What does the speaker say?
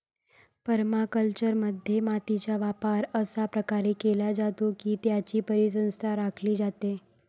परमाकल्चरमध्ये, मातीचा वापर अशा प्रकारे केला जातो की त्याची परिसंस्था राखली जाते